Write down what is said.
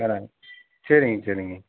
வேறு சரிங்க சரிங்க